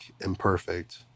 imperfect